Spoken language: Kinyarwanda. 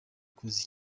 kuza